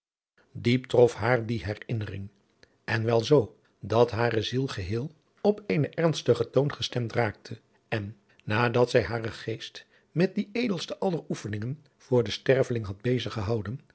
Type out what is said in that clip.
hillegonda buisman en wel zoo dat hare ziel geheel op eenen ernstigen toon gestemd raakte en nadat zij haren geest met die edelste aller oefeningen voor den sterveling had bezig gehouden